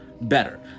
better